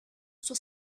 sua